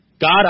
God